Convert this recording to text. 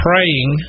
Praying